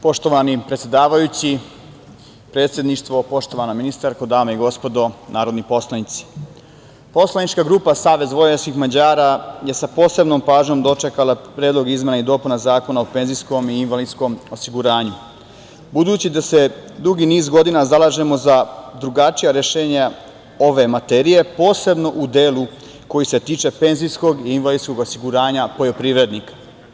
Poštovani predsedavajući, predsedništvo, poštovana ministarko, dame i gospodo narodni poslanici, poslanička grupa SVM je sa posebnom pažnjom dočekala Predlog izmena i dopuna Zakona o penzijskom i invalidskom osiguranju, budući da se dugi niz godina zalažemo za drugačija rešenja ove materije, posebno u delu koji se tiče penzijskog i invalidskog osiguranja poljoprivrednika.